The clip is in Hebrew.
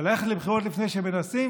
אבל ללכת לבחירות לפני שמנסים,